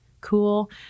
cool